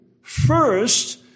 first